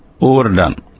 overdone